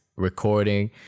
Recording